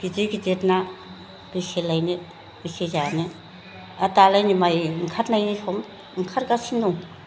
गिदिर गिदिर ना बेसे लायनो बेसे जानो आरो दालायनो माइ ओंखारनायनि सम ओंखारगासिनो दं